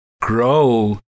grow